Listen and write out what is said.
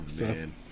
man